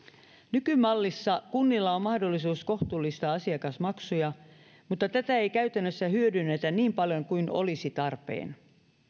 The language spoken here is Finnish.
nykymallissa kunnilla on mahdollisuus kohtuullistaa asiakasmaksuja mutta tätä ei käytännössä hyödynnetä niin paljon kuin olisi tarpeen